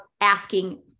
asking